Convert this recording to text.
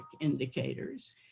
indicators